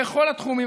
בכל התחומים,